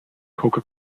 coca